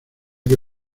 que